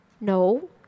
No